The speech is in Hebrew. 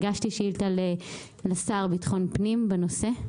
הגשתי שאילתה לשר לביטחון פנים בנושא,